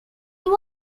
was